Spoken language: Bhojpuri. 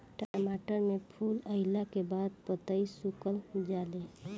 टमाटर में फूल अईला के बाद पतईया सुकुर जाले?